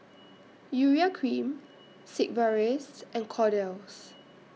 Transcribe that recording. Urea Cream Sigvaris and Kordel's